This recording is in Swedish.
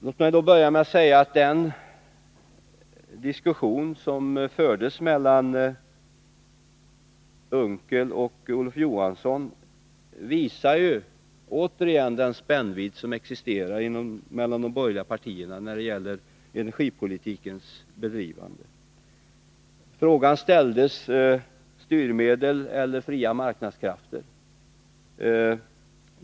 Låt mig då börja med att säga att den diskussion som har förts mellan Per Unckel och Olof Johansson återigen visar den spännvidd som existerar mellan de borgerliga partierna när det gäller energipolitikens bedrivande. Frågan ställdes: Styrmedel eller fria marknadskrafter?